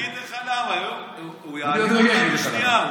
אני אגיד לך למה, הוא יעלים אותו בשנייה.